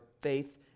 faith